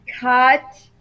cut